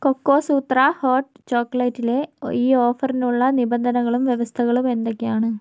cocoa sutra hot ചോക്ലേറ്റിലെ ഈ ഓഫറിനുള്ള നിബന്ധനകളും വ്യവസ്ഥകളും എന്തൊക്കെയാണ്